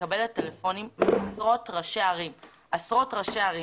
מקבלת טלפונים מעשרות ראשי ערים שאומרים